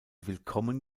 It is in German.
willkommen